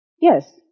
yes